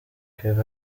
kevin